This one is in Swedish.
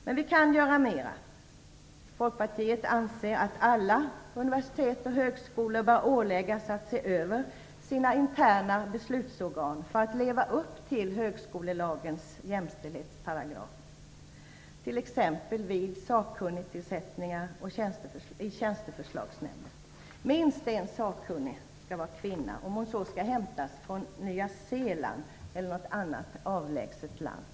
Men vi kan göra mer. Folkpartiet anser att alla universitet och högskolor bör åläggas att se över sina interna beslutsorgan för att leva upp till högskolelagens jämställdhetsparagraf t.ex. vid sakkunnigtillsättningar och i tjänsteförslagsnämnder. Minst en sakkunnig skall vara kvinna, om hon så skall hämtas från Nya Zeeland eller något annat avlägset land.